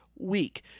Week